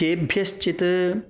केभ्यश्चित्